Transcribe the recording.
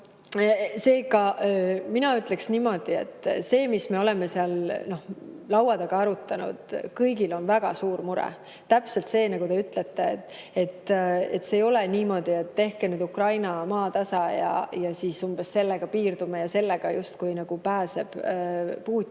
Seega, mina ütleksin niimoodi, et see, mis me oleme seal laua taga arutanud – kõigil on väga suur mure. Täpselt see, nagu te ütlete. See ei ole niimoodi, et tehke nüüd Ukraina maatasa ja siis umbes sellega piirdume ja sellega justkui nagu pääseb Putin